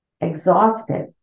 exhausted